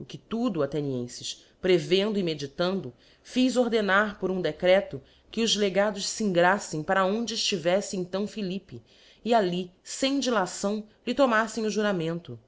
o que tudo athenienies prevendo e meditando fiz ordenar por um decreto qe os legados fmgraflem para onde eftiveíte então philipipc e ali fem dilação lhe tomaífem o juramento